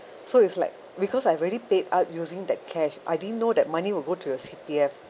so it's like because I've already paid out using that cash I didn't know that money will go to your C_P_F